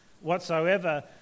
whatsoever